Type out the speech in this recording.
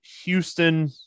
Houston